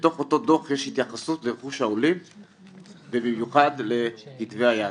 ובתוך אותו דוח יש התייחסות לרכוש העולים ובמיוחד לכתבי היד.